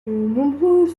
nombreux